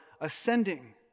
ascending